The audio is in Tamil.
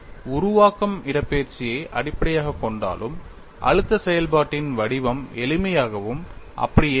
உருவாக்கம் இடப்பெயர்ச்சியை அடிப்படையாகக் கொண்டாலும் அழுத்த செயல்பாட்டின் வடிவம் எளிமையாகவும் அப்படியே இருக்கும்